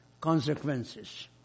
consequences